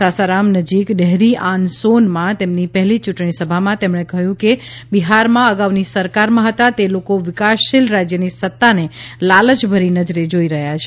સાસારામ નજીક ડેહરી આન સોનમાં તેમની પહેલી યૂંટમી સભામાં તેમણે કહ્યું કે બિહારમાં અગાઉની સરકારમાં હતા તે લોકો વિકાસશીલ રાજ્યની સત્તાને લાલચભરી નજરે જોઇ રહ્યા છે